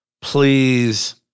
Please